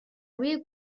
روی